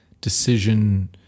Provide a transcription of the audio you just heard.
decision